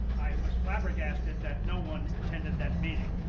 i was flabbergasted that no one attended that meeting.